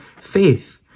faith